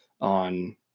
on